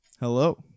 Hello